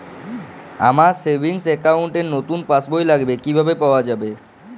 আমার savings account র নতুন পাসবই লাগবে, কিভাবে পাওয়া যাবে?